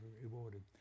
rewarded